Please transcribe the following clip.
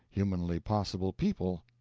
humanly possible people,